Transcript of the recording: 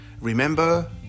Remember